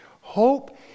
Hope